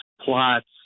plots